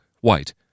white